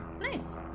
Nice